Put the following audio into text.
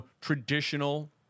traditional